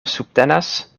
subtenas